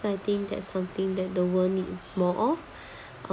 so I think that something that the world need more of uh